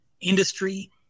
industry